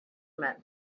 met